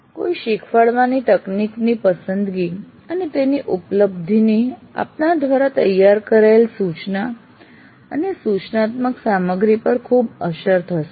કોઈ શીખવાડવાની તકનીકની પસંદગી અને તેની ઉપ્લબ્ધીની આપના દ્વારા તૈયાર કરાયેલ સૂચના અને સૂચનાત્મક સામગ્રી પર ખુબ અસર થશે